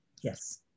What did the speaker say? Yes